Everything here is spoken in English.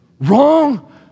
Wrong